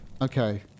Okay